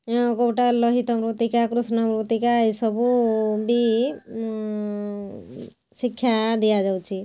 କେଉଁଟା ଲୋହିତ ମୃତ୍ତିକା କୃଷ୍ଣ ମୃତ୍ତିକା ଏ ସବୁ ବି ଶିକ୍ଷା ଦିଆଯାଉଛି